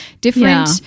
different